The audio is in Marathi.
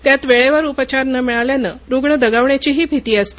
त्यात वेळेवर उपचार न मिळाल्यानं रुग्ण दगावण्याचीही भीती असते